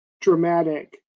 dramatic